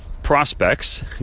prospects